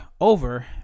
over